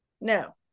no